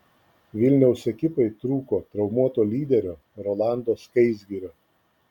vilniaus ekipai trūko traumuoto lyderio rolando skaisgirio